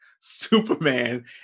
Superman